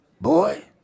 Boy